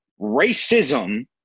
Racism